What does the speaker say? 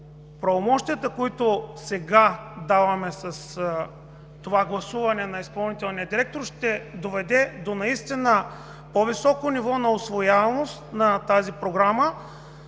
правомощията, които сега даваме с това гласуване на изпълнителния директор, ще доведат до по-високо ниво на усвояемост на тази програма,